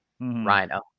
rhino